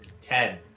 Ted